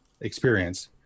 experience